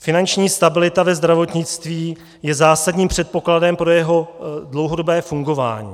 Finanční stabilita ve zdravotnictví je zásadním předpokladem pro jeho dlouhodobé fungování.